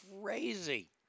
crazy